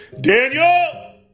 Daniel